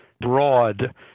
broad